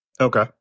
Okay